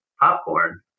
popcorn